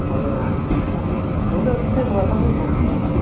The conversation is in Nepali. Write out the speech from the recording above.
हजुर हजुर हुन्छ लु त्यसो भए तपाईँ भोलि नि